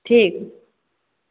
ठीक